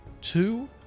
Two